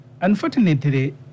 Unfortunately